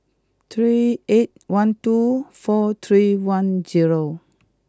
three eight one two four three one zero